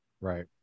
Right